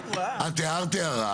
את הערת הערה